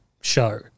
show